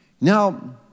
Now